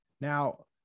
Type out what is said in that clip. Now